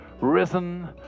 risen